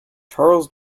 charles